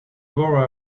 worry